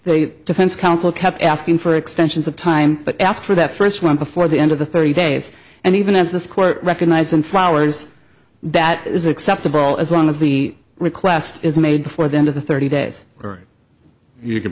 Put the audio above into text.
the defense counsel kept asking for extensions of time but ask for that first one before the end of the thirty days and even as this court recognized them flowers that is acceptable as long as the request is made before the end of the thirty days or you can